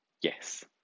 yes